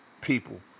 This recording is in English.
people